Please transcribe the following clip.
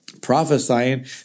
prophesying